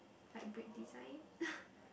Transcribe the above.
like brick design